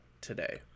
today